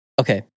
Okay